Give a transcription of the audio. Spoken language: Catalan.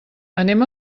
anem